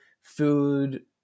food